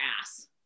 ass